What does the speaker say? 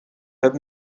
but